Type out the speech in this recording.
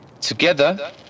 Together